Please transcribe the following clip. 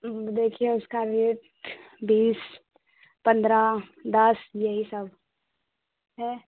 अब देखिए उसका रेट बीस पंद्रह दस यही सब है